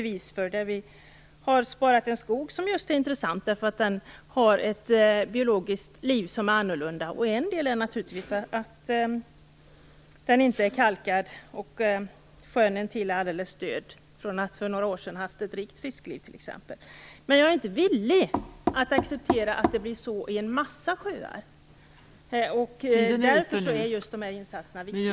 Där har vi sparat en skog som är intressant just för att den har ett biologiskt liv som är annorlunda. En del av detta beror naturligtvis på att den inte är kalkad och att sjön intill är alldeles död. För några år sedan hade den ett rikt fiskliv. Men jag är inte villig att acceptera att det blir så i en massa sjöar. Därför är dessa insatser viktiga.